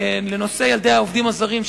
לנושא ילדי העובדים הזרים,